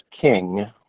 king